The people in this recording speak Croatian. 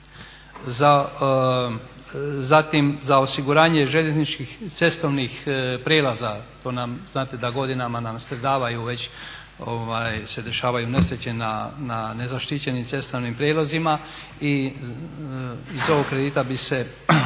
za osiguranje željezničkih i cestovnih prijelaza to nam znate da godinama nam stradavaju već se dešavaju nesreće na nezaštićenim cestovnim prijelazima. I iz ovog kredita bi se